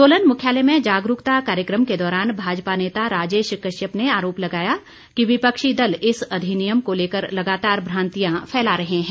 सोलन मुख्यालय में जागरूकता कार्यक्रम के दौरान भाजपा नेता राजेश कश्यप ने आरोप लगाया कि विपक्षी दल इस अधिनियम को लेकर लगातार भ्रांतियां फैला रहे हैं